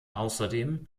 außerdem